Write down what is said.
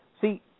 See